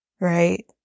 right